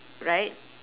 right